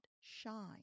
shine